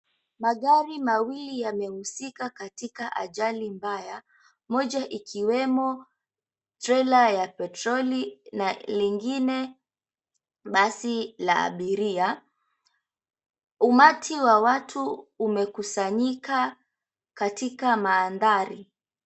Magari mawili yamehusika katika ajali mbaya, moja ikiwemo trela ya petroli na lingine basi la abiria. Umati wa watu umekusanyika katika mandhari.